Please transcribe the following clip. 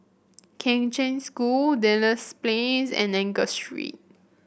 Kheng Cheng School Duchess Place and Angus Street